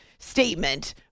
Statement